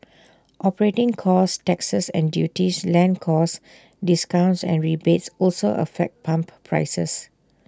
operating costs taxes and duties land costs discounts and rebates also affect pump prices